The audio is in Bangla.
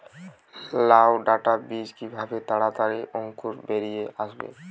লাউ ডাটা বীজ কিভাবে তাড়াতাড়ি অঙ্কুর বেরিয়ে আসবে?